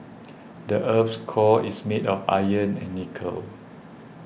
the earth's core is made of iron and nickel